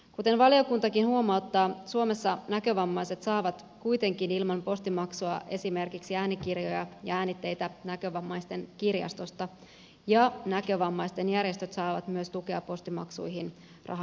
kuten valiokuntakin huomauttaa suomessa näkövammaiset saavat kuitenkin ilman postimaksua esimerkiksi äänikirjoja ja äänitteitä näkövammaisten kirjastosta ja näkövammaisten järjestöt saavat myös tukea postimaksuihin raha automaattiyhdistykseltä